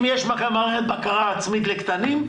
אם יש מערכת בקרה עצמית לקטנים,